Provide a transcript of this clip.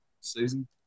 season